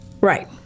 Right